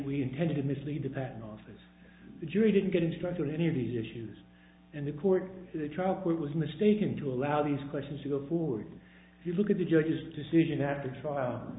we intended to mislead the patent office the jury didn't get instructed any of these issues and the court the child was mistaken to allow these questions to go forward you look at the judge's decision had the trial